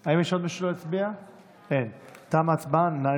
למה היא עוצרת אנשים אחרים, נעצרה, נשארה ללילה